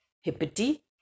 Hippity